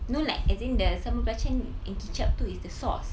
no like as in the sambal belacan and kicap is the sauce